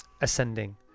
Ascending